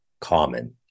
common